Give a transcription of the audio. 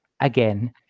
again